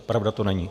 Pravda to není.